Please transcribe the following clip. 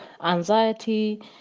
anxiety